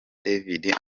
divide